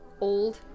old